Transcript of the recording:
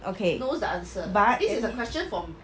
okay knows the answer but